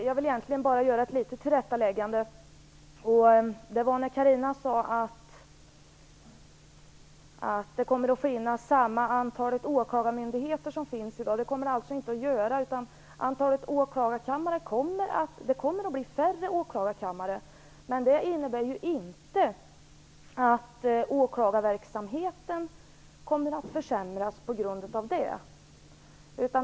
Fru talman! Det gäller bara ett litet tillrättaläggande. Carina Hägg sade att det i fortsättningen kommer att vara samma antal åklagarmyndigheter som i dag. Men så blir det inte. Antalet åklagarkammare kommer att minska, men det innebär inte att åklagarverksamheten försämras.